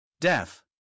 Death